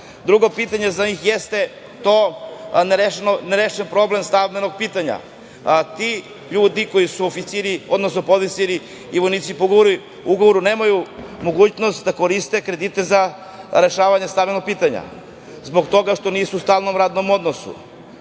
pitanje za njih jeste nerešen problem stambenog pitanja. Ti ljudi koji su oficiri, odnosno podoficiri i vojnici po ugovoru nemaju mogućnost da koriste kredite za rešavanje stambenog pitanja zbog toga što nisu u stalnom radnom odnosu.